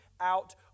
out